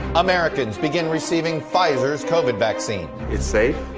americans begin receiving pfizer's covid vaccine. it's safe.